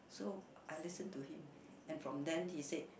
so I listen to him and from then he said